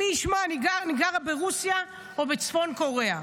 מי ישמע, אני גרה ברוסיה או בצפון קוריאה.